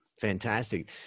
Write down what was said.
Fantastic